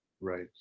Right